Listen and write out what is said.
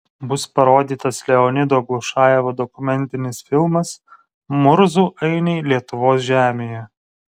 bus parodytas leonido glušajevo dokumentinis filmas murzų ainiai lietuvos žemėje